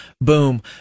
boom